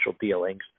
dealings